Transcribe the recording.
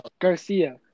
Garcia